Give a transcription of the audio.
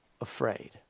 afraid